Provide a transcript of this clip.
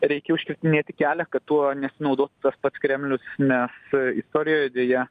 reikia užkirtinėti kelią kad tuo nesinaudotų tas pats kremlius nes istorijoje deja